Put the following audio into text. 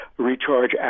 recharge